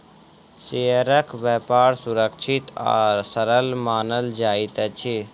शेयरक व्यापार सुरक्षित आ सरल मानल जाइत अछि